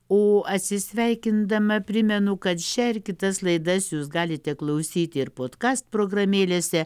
o atsisveikindama primenu kad šią ir kitas laidas jūs galite klausyti ir podkast programėlėse